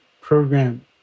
program